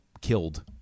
killed